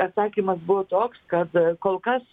atsakymas buvo toks kad kol kas